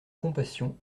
compassion